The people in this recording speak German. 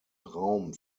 raum